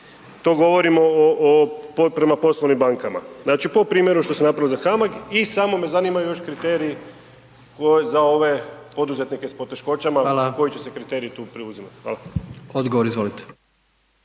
To govorim prema poslovnim bankama. Znači po primjeru što se napravilo za HAMAG i samo me zanima još kriterij za ove poduzetnike s poteškoćama, koji će se kriteriji tu preuzimat? Hvala.